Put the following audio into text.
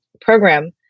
program